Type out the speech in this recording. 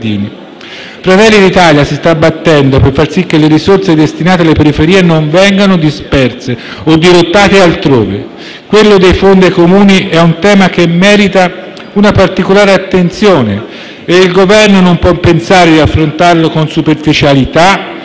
il Governo non può pensare di affrontarlo con superficialità